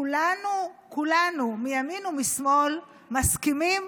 כולנו כולנו, מימין ומשמאל, מסכימים